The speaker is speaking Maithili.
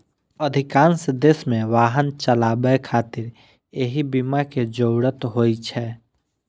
अधिकांश देश मे वाहन चलाबै खातिर एहि बीमा के जरूरत होइ छै